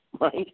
Right